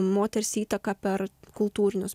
moters įtaką per kultūrinius